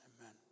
Amen